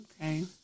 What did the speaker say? Okay